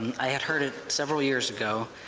i had hurt it several years ago.